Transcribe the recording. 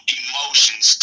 emotions